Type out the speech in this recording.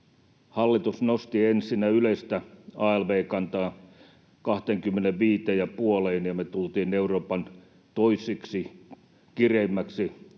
hallitus nosti ensinnä yleisen alv-kannan 25,5:een ja me tultiin Euroopan toiseksi kireimmäksi